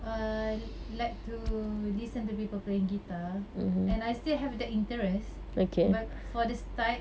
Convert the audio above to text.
uh I like to listen to people playing guitar and I still have the interest but for this time